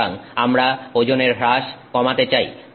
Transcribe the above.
সুতরাং আমরা ওজনের হ্রাস কমাতে চাই